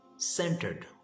centered